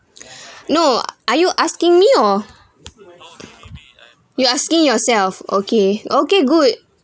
no are you asking me or you asking yourself okay okay good